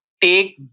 take